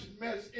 mess